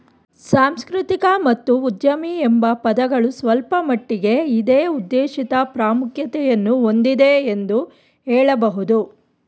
ಸಾಂಸ್ಕೃತಿಕ ಮತ್ತು ಉದ್ಯಮಿ ಎಂಬ ಪದಗಳು ಸ್ವಲ್ಪಮಟ್ಟಿಗೆ ಇದೇ ಉದ್ದೇಶಿತ ಪ್ರಾಮುಖ್ಯತೆಯನ್ನು ಹೊಂದಿದೆ ಎಂದು ಹೇಳಬಹುದು